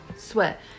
Sweat